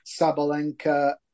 Sabalenka